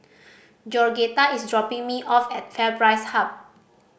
Georgetta is dropping me off at FairPrice Hub